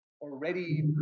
already